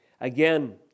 Again